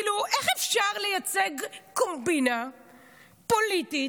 איך אפשר לייצג קומבינה פוליטית